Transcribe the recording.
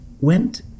went